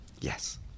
Yes